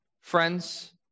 Friends